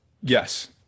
yes